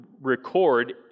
record